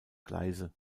gleise